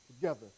together